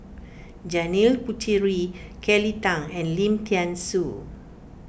Janil Puthucheary Kelly Tang and Lim thean Soo